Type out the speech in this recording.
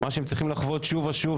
מה שהן צריכות לחוות שוב ושוב,